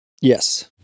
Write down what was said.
yes